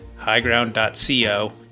highground.co